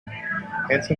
hanson